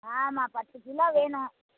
ஆமாம் பத்துக் கிலோ வேணும்